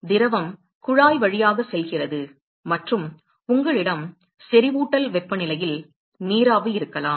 எனவே திரவம் குழாய் வழியாக செல்கிறது மற்றும் உங்களிடம் செறிவூட்டல் வெப்பநிலையில் நீராவி இருக்கலாம்